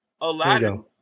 Aladdin